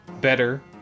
Better